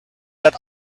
that